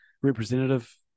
representative